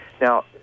Now